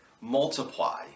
Multiply